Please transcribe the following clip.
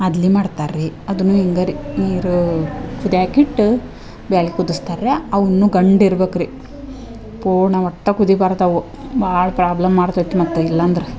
ಅದ್ಲಿ ಮಾಡ್ತಾರೆ ರೀ ಅದನ್ನೂ ಹಿಂಗೆ ರಿ ನೀರು ಕುದಿಯಾಕೆ ಇಟ್ಟು ಬ್ಯಾಳಿ ಕುದಿಸ್ತರ್ರೇ ಅವುನ್ನು ಗಂಡ್ ಇರ್ಬೇಕ್ರಿ ಪೂರ್ಣ ಒಟ್ಟು ಕುದಿ ಬರ್ತವು ಭಾಳ್ ಪ್ರಾಬ್ಲಮ್ ಮಾಡ್ತೈತೆ ಮತ್ತೆ ಇಲ್ಲಂದ್ರ